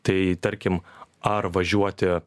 tai tarkim ar važiuoti